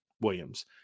Williams